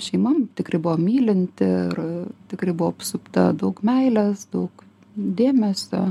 šeima tikrai buvo mylinti ir tikrai buvau apsupta daug meilės daug dėmesio